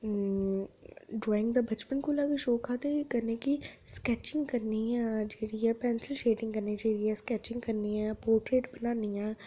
drawing दा बचपन कोला गै शौक हा ते कन्नै गै स्कैचिंग करनी आं जेह्ड़ी ऐ पेंसिल शेडिंग कन्नै जेह्ड़ी ऐ स्कैचिंग करनी आं पोटरेट बनान्नी आं